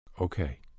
Okay